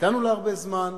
נתנו לה הרבה זמן,